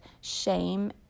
shame